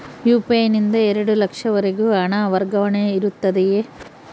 UPI ನಿಂದ ಎರಡು ಲಕ್ಷದವರೆಗೂ ಹಣ ವರ್ಗಾವಣೆ ಇರುತ್ತದೆಯೇ?